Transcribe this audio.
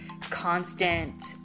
constant